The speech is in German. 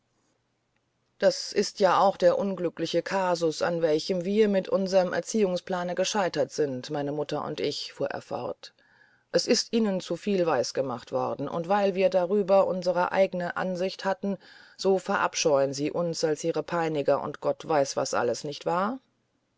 das ist ja auch der unglückliche kasus an welchem wir mit unserem erziehungsplane gescheitert sind meine mutter und ich fuhr er fort es ist ihnen zu viel weisgemacht worden und weil wir darüber unsere eigene ansicht hatten so verabscheuen sie uns als ihre peiniger und gott weiß was alles nicht wahr